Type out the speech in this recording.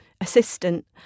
assistant